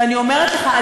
ואני אומרת לך,